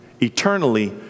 Eternally